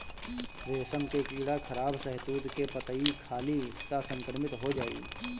रेशम के कीड़ा खराब शहतूत के पतइ खाली त संक्रमित हो जाई